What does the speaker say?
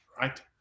right